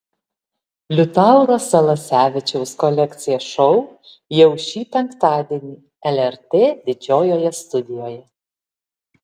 liutauro salasevičiaus kolekcija šou jau šį penktadienį lrt didžiojoje studijoje